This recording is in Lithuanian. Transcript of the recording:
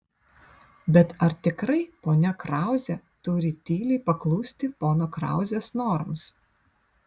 bet ar tikrai ponia krauzė turi tyliai paklusti pono krauzės norams